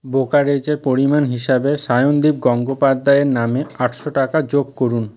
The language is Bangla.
ব্রোকারেজের পরিমাণ হিসাবে সায়নদীপ গঙ্গোপাধ্যায়ের নামে আটশো টাকা যোগ করুন